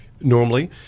normally